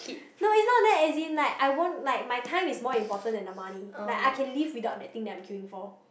no it's not that as in like I won't like my time is more important than the money like I can live without that thing that I'm queuing for